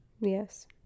yes